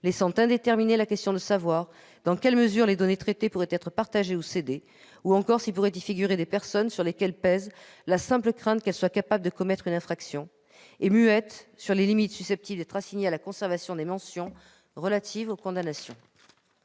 reste muette sur les conditions dans lesquelles les données traitées pourraient être partagées ou cédées, ou encore si pourraient y figurer des personnes sur lesquelles pèse la simple crainte qu'elles soient capables de commettre une infraction. Rien n'est dit sur les limites susceptibles d'être assignées à la conservation des mentions relatives aux condamnations.